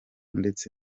ndetse